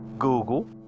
google